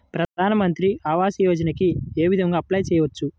ప్రధాన మంత్రి ఆవాసయోజనకి ఏ విధంగా అప్లే చెయ్యవచ్చు?